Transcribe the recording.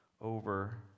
over